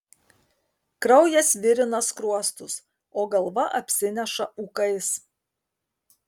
kraujas virina skruostus o galva apsineša ūkais